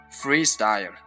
freestyle